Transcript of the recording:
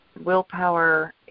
willpower